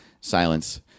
Silence